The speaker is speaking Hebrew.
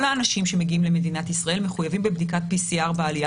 כל האנשים שמגיעים למדינת ישראל מחויבים בבדיקת PCR בעלייה